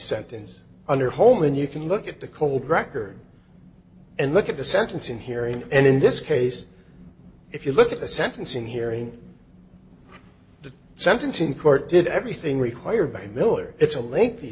sentence under home and you can look at the cold record and look at the sentencing hearing and in this case if you look at the sentencing hearing the sentencing court did everything required by miller it's a l